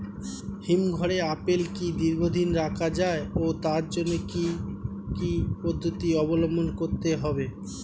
হিমঘরে আপেল কি দীর্ঘদিন রাখা যায় ও তার জন্য কি কি পদ্ধতি অবলম্বন করতে হবে?